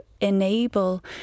enable